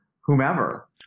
whomever